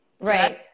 right